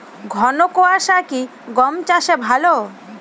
ঘন কোয়াশা কি গম চাষে ভালো?